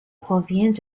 provient